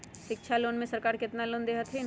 शिक्षा लोन में सरकार केतना लोन दे हथिन?